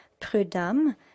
Prud'homme